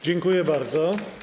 Dziękuję bardzo.